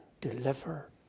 deliver